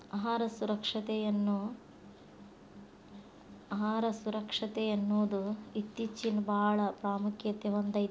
ಆಹಾರ ಸುರಕ್ಷತೆಯನ್ನುದು ಇತ್ತೇಚಿನಬಾಳ ಪ್ರಾಮುಖ್ಯತೆ ಹೊಂದೈತಿ